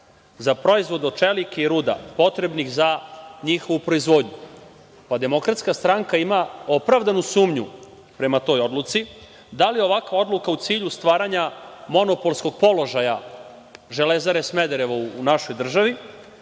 za proizvode od čelika i ruda, potrebnih za njihovu proizvodnju. Pa, DS ima opravdanu sumnju prema toj odluci, da li je ovakva odluka u cilju stvaranja monopolskog položaja Železare Smederevo u našoj državi